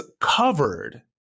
covered